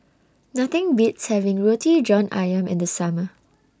Nothing Beats having Roti John Ayam in The Summer